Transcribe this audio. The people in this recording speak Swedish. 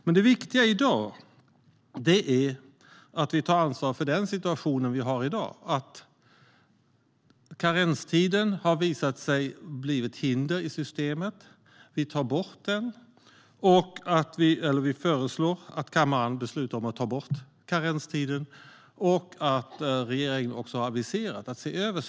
Men det viktiga i dag är att vi tar ansvar för rådande situation. Karenstiden har visat sig bli ett hinder i systemet. Vi föreslår att kammaren beslutar om att ta bort karenstiden, och regeringen har aviserat att systemet ska ses över.